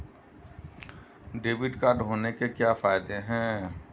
Debit card होने के क्या फायदे हैं?